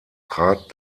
trat